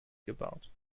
gebaut